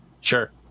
sure